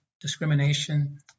discrimination